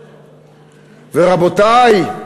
ורבותי,